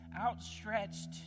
outstretched